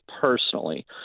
personally